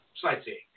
sightseeing